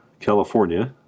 California